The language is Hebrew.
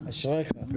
אשריך.